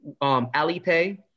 Alipay